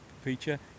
feature